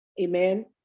amen